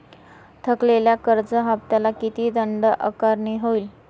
थकलेल्या कर्ज हफ्त्याला किती दंड आकारणी होईल?